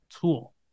tool